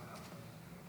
תודה רבה, אדוני